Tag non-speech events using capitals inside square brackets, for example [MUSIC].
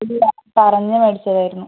[UNINTELLIGIBLE] പറഞ്ഞ് മേടിച്ചതായിരുന്നു